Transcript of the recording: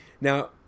Now